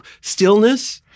stillness